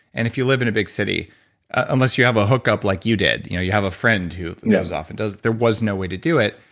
and if you live in a big city unless you have a hook up like you did, you know you have a friend who goes off and does. yeah there was no way to do it,